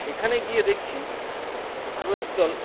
সেখানে গিয়ে দেখছি আরও একদল